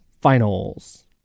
finals